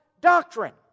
doctrine